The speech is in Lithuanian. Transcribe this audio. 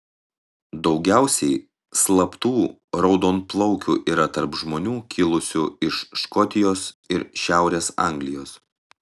daugiausiai slaptų raudonplaukių yra tarp žmonių kilusių iš škotijos ir šiaurės anglijos